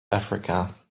africa